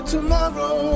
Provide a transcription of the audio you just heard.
Tomorrow